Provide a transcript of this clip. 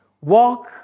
walk